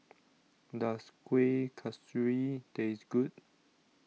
Does Kueh Kasturi Taste Good